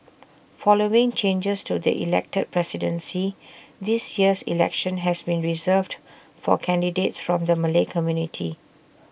following changes to the elected presidency this year's election has been reserved for candidates from the Malay community